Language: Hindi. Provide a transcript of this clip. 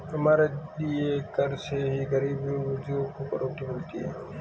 हमारे दिए कर से ही गरीब बुजुर्गों को रोटी मिलती है